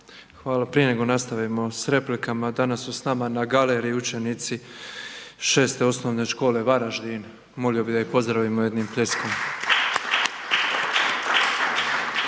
Hvala. Prije nego nastavimo sa replikama, danas su s nama na galeriji učenici VI. OS Varaždin, molio bih da ih pozdravimo jednim